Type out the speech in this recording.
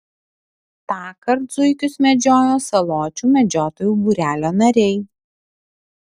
tąkart zuikius medžiojo saločių medžiotojų būrelio nariai